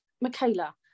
Michaela